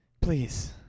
please